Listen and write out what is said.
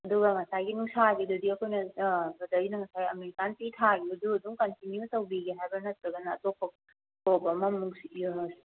ꯑꯗꯨꯒ ꯉꯁꯥꯏꯒꯤ ꯅꯨꯡꯁꯥꯒꯤꯗꯨꯗꯤ ꯑꯩꯈꯣꯏꯅ ꯕ꯭ꯔꯗꯔꯒꯤꯅ ꯉꯁꯥꯏ ꯑꯃꯦꯔꯤꯀꯥꯟ ꯄꯤ ꯊꯥꯈꯤꯕꯗꯨ ꯑꯗꯨꯝ ꯀꯟꯇꯤꯅ꯭ꯌꯨ ꯇꯧꯕꯤꯒꯦ ꯍꯏꯕ꯭ꯔꯥ ꯅꯠꯇ꯭ꯔꯒꯅ ꯑꯇꯣꯞꯄ ꯀ꯭ꯔꯣꯞ ꯑꯃꯃꯨꯛ